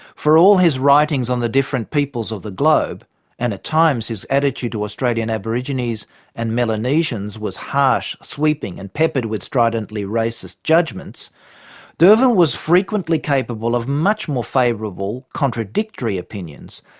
for all his writings on the different peoples of the globe and at times his attitude to australian aborigines and melanesians was harsh, sweeping and peppered with stridently racist judgments d'urville was frequently capable of much more favourable contradictory opinions,